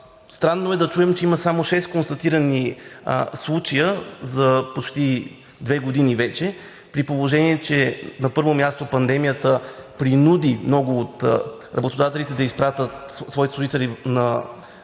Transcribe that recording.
странно да чуем, че има само шест констатирани случая за вече почти две години, при положение че, на първо място, пандемията принуди много от работодателите да изпратят своите служители на дистанционна